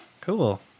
Cool